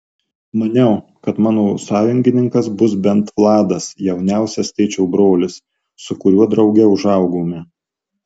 maniau kad mano sąjungininkas bus bent vladas jauniausias tėčio brolis su kuriuo drauge užaugome